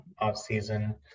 offseason